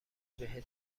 بهت